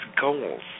goals